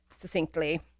succinctly